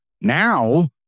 now